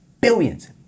billions